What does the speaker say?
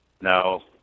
No